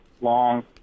long